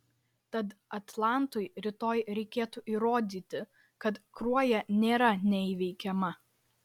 tad atlantui rytoj reikėtų įrodyti kad kruoja nėra neįveikiama